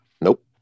Nope